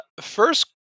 first